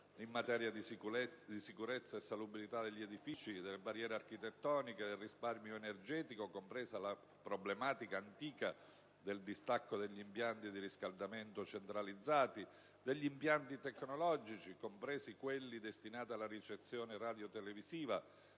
in materia di sicurezza e salubrità degli edifici), quelle relative alle barriere architettoniche, al risparmio energetico (compresa la problematica antica del distacco dagli impianti di riscaldamento centralizzati), agli impianti tecnologici (compresi quelli destinati alla ricezione radiotelevisiva),